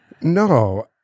No